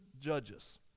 judges